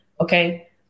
Okay